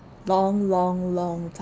long long long